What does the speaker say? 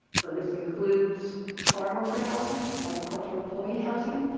so this includes farm worker housing, agricultural employee housing.